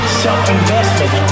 self-investment